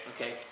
Okay